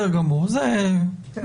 אתה יודע